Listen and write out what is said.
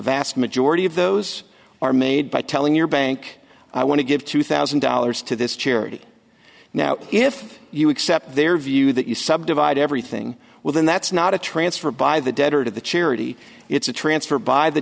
vast majority of those are made by telling your bank i want to give two thousand dollars to this charity now if you accept their view that you subdivide everything within that's not a transfer by the debtor to the charity it's a transfer by the